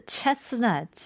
Chestnut